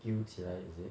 giu 起来 is it